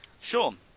Sean